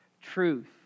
truth